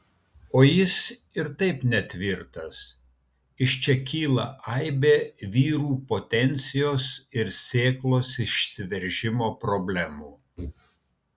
o jis ir taip netvirtas iš čia kyla aibė vyrų potencijos ir sėklos išsiveržimo problemų